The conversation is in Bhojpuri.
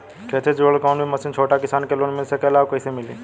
खेती से जुड़ल कौन भी मशीन छोटा किसान के लोन मिल सकेला और कइसे मिली?